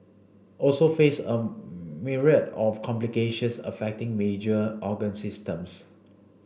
also face a myriad of complications affecting major organ systems